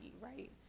right